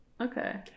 Okay